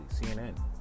CNN